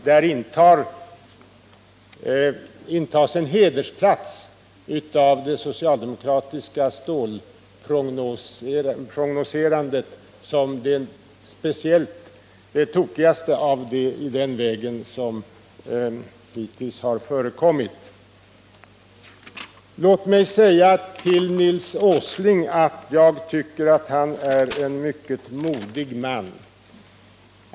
Där intas en hedersplats av det socialdemokratiska stålprognoserandet som det tokigaste i den vägen som hittills har förekommit. Låt mig säga till Nils Åsling att jag tycker att han är en mycket modig man.